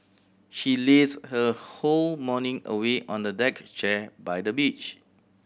she lazed her whole morning away on a deck chair by the beach